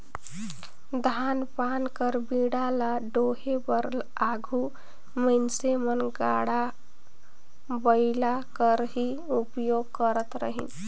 धान पान कर बीड़ा ल डोहे बर आघु मइनसे मन गाड़ा बइला कर ही उपियोग करत रहिन